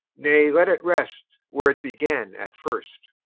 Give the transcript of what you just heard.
nay, let it rest where it began at first